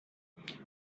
but